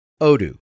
Odoo